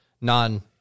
non